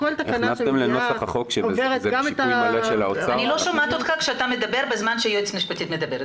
הצעת החוק בנוסח שנשלח אתמול היא לא הצעת החוק הסופית,